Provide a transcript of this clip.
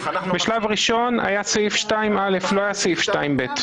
בשלב ראשון היה סעיף 2(א), לא היה סעיף 2(ב).